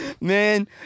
Man